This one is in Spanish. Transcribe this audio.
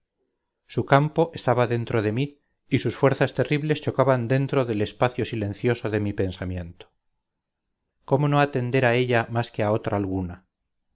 su campo estaba dentro de mí y sus fuerzas terribles chocaban dentro del espaciosilencioso de mi pensamiento cómo no atender a ella más que a otra alguna